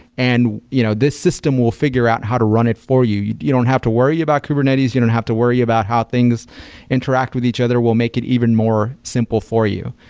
and you know this system will figure out how to run it for you. you you don't have to worry about kubernetes. you don't have to worry about how things interact with each. we'll make it even more simple for you.